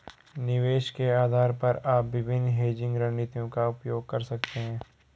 निवेश के आधार पर आप विभिन्न हेजिंग रणनीतियों का उपयोग कर सकते हैं